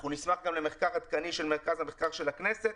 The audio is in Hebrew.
אנחנו נשמח גם למחקר עדכני של מרכז המחקר של הכנסת,